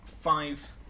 five